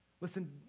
Listen